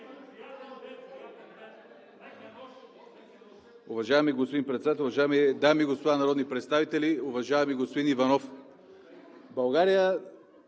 Уважаеми господин Председател, уважаеми дами и господа народни представители! Уважаеми господин Иванов,